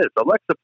Alexa